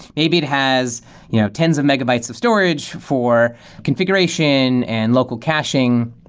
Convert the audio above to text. maybe it has you know tens of megabytes of storage for configuration and local caching.